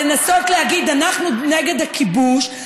לנסות להגיד: אנחנו נגד הכיבוש,